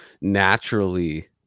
naturally